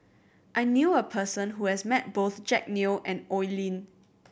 I knew a person who has met both Jack Neo and Oi Lin